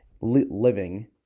living